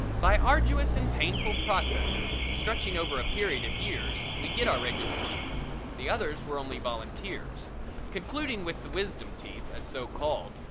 by arduous and painful processes, stretching over a period of years, we get our regular teeth the others were only volunteers concluding with the wisdom teeth, as so called,